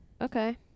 Okay